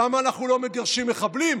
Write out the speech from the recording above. למה אנחנו לא מגרשים מחבלים?